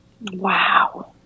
Wow